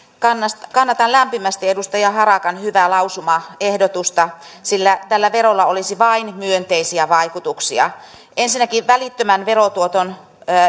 kannatan kannatan lämpimästi edustaja harakan hyvää lausumaehdotusta sillä tällä verolla olisi vain myönteisiä vaikutuksia ensinnäkin välittömän verotuoton